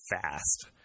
fast